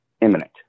imminent